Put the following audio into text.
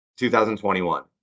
2021